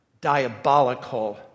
diabolical